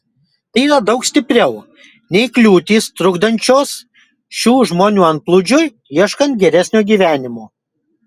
tai yra daug stipriau nei kliūtys trukdančios šių žmonių antplūdžiui ieškant geresnio gyvenimo